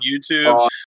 YouTube